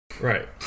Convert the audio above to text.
Right